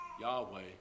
Yahweh